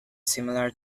similar